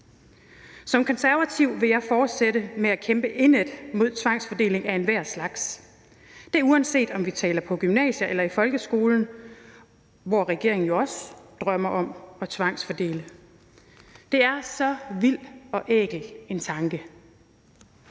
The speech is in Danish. Som konservativ vil jeg fortsætte med at kæmpe indædt mod tvangsfordeling af enhver slags, uanset om vi taler gymnasier eller folkeskolen, hvor regeringen jo også drømmer om at tvangsfordele. Det er så vild og ækel en tanke.